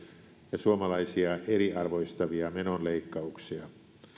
ja suomalaisia eriarvoistavia menoleikkauksia